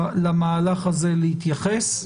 למהלך הזה להתייחס.